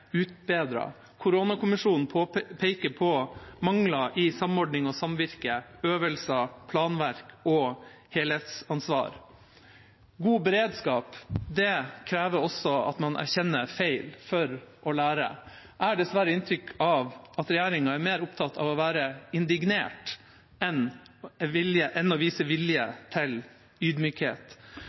Koronakommisjonen peker på mangler i samordning og samvirke, øvelser, planverk og helhetsansvar. God beredskap krever også at man erkjenner feil, for å lære. Jeg har dessverre inntrykk av at regjeringa er mer opptatt av å være indignert enn å vise vilje til ydmykhet.